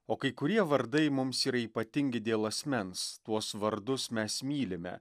o kai kurie vardai mums yra ypatingi dėl asmens tuos vardus mes mylime